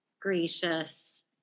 gracious